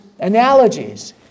analogies